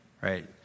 right